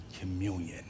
communion